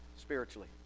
spiritually